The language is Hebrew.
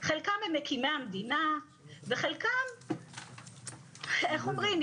חלקם הם מקימי המדינה וחלקם איך אומרים?